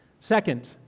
Second